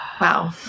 Wow